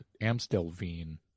Amstelveen